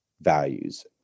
values